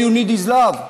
All You Need Is Love.